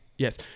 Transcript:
Yes